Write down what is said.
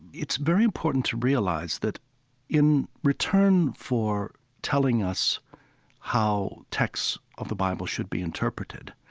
it's very important to realize that in return for telling us how texts of the bible should be interpreted,